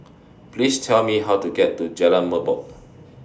Please Tell Me How to get to Jalan Merbok